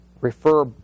refer